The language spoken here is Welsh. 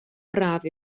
braf